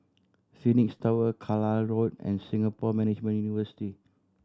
Phoenix Tower Carlisle Road and Singapore Management University